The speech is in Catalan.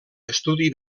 estudi